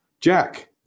Jack